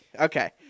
Okay